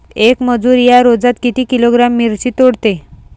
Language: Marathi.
येक मजूर या रोजात किती किलोग्रॅम मिरची तोडते?